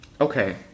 Okay